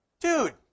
dude